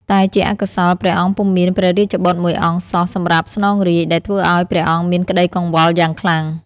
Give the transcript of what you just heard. តែជាអកុសល ព្រះអង្គពុំមានព្រះរាជបុត្រមួយអង្គសោះសម្រាប់ស្នងរាជ្យ ដែលធ្វើឱ្យព្រះអង្គមានក្តីកង្វល់យ៉ាងខ្លាំង។